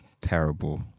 Terrible